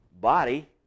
body